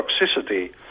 toxicity